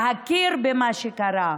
להכיר במה שקרה,